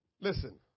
Listen